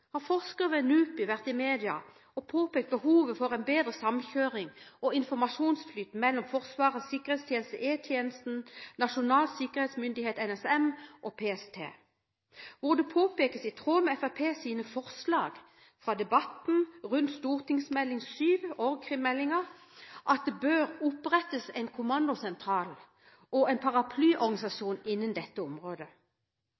har forskere ved NUPI vært i media og påpekt behovet for en bedre samkjøring og informasjonsflyt mellom Forsvarets sikkerhetstjeneste, E-tjenesten, Nasjonal sikkerhetsmyndighet, NSM, og PST, hvor det i tråd med Fremskrittspartiets forslag fra debatten om Meld. St. 7, org.krim-meldingen, påpekes at det bør opprettes en kommandosentral og en